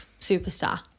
superstar